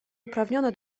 uprawnione